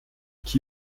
qui